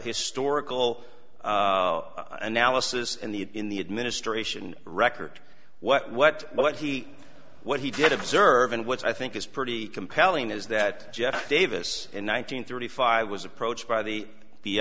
historical analysis in the in the administration record what what what he what he did observe and what i think is pretty compelling is that jeff davis in one nine hundred thirty five was approached by the